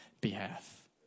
behalf